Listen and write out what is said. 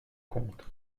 compte